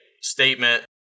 statement